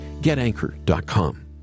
getanchor.com